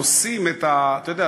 אתה יודע,